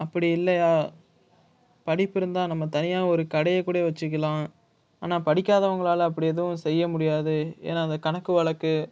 அப்படி இல்லையா படிப்பு இருந்தால் நம்ம தனியாக ஒரு கடையை கூட வச்சுக்கிலாம் ஆனால் படிக்காதவங்களால அப்படி எதுவும் செய்ய முடியாது ஏன்னா அந்த கணக்கு வழக்கு